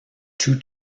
two